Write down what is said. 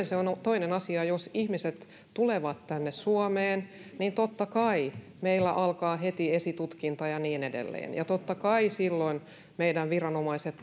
se on on sitten toinen asia jos ihmiset tulevat tänne suomeen totta kai meillä alkaa heti esitutkinta ja niin edelleen ja totta kai silloin meidän viranomaiset